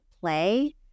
play